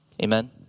Amen